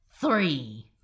three